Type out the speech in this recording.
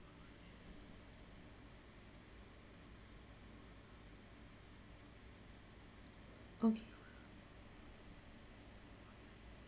okay